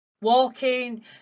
walking